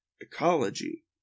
ecology